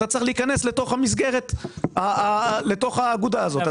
אתה צריך להיכנס לתוך האגודה הזאת כדי להיות רפתן.